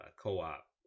co-op